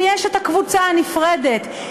ויש הקבוצה הנפרדת,